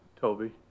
Toby